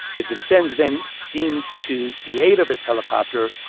the vincennes then steamed to the aid of its helicopter,